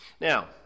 Now